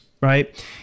right